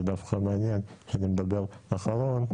זה דווקא מעניין שאני מדבר אחרון,